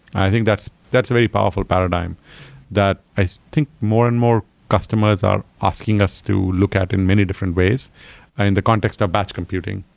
i think that's that's a very powerful paradigm that i think more and more customers are asking us to look at in many different ways in the context of batch computing.